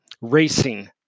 racing